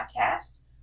Podcast